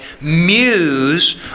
muse